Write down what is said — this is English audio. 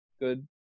good